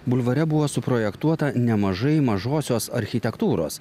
bulvare buvo suprojektuota nemažai mažosios architektūros